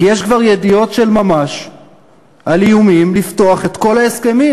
כי יש כבר ידיעות של ממש על איומים לפתוח את כל ההסכמים,